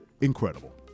incredible